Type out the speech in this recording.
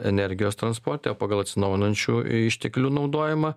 energijos transporte o pagal atsinaujinančių išteklių naudojimą